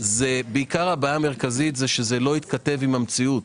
בעיקר הבעיה המרכזית שזה לא התכתב עם המציאות.